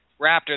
raptor